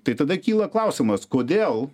tai tada kyla klausimas kodėl